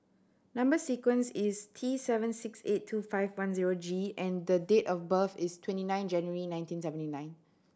number sequence is T seven six eight two five one zero G and the date of birth is twenty nine January nineteen seventy nine